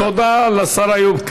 תודה לשר איוב קרא.